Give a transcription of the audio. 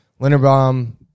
Linderbaum